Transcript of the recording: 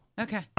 Okay